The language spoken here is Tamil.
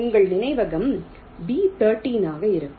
உங்கள் நினைவகம் B 13 ஆக இருக்கும்